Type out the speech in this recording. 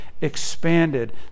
expanded